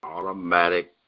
Automatic